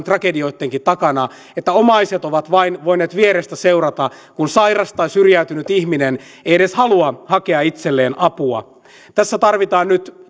tragedioittenkin takana että omaiset ovat vain voineet vierestä seurata kun sairas tai syrjäytynyt ihminen ei edes halua hakea itselleen apua tässä tarvitaan nyt